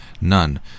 none